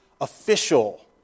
official